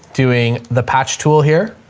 doing the patch tool here.